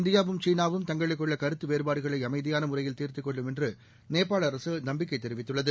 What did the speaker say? இந்தியாவும் சீனாவும் தங்களுக்குள்ள கருத்து வேறுபாடுகளை அமைதியான முறையில் தீர்த்துக் கொள்ளும் என்று நேபாள அரசு நம்பிக்கை தெரிவித்துள்ளது